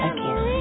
Again